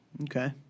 Okay